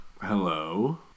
Hello